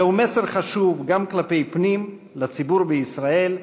זהו מסר חשוב גם כלפי פנים, לציבור בישראל,